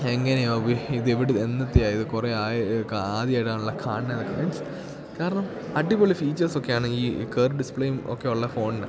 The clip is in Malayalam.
എങ്ങനെയാണ് ഉപയോഗി ഇതെവിടു എന്നത്തെയാണ് ഇത് കുറേ ആദ്യമായിട്ടാണല്ല കാണണമെന്നൊക്കെ മീൻസ് കാരണം അടി പൊളി ഫീച്ചേഴ്സ് ഒക്കെയാണ് ഈ കർവ് ഡിസ്പ്ലേയും ഒക്കെ ഉള്ള ഫോണിന്